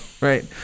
right